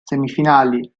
semifinali